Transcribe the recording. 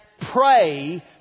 pray